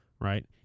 right